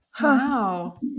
Wow